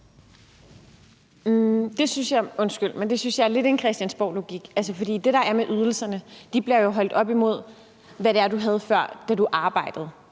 Undskyld, det synes jeg lidt er en Christiansborglogik. For det, der er med ydelserne, er, at de jo bliver holdt op imod, hvad det er, du havde før, da du arbejdede.